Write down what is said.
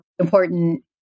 important